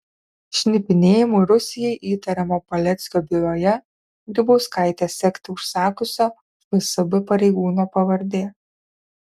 šnipinėjimu rusijai įtariamo paleckio byloje grybauskaitę sekti užsakiusio fsb pareigūno pavardė